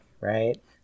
right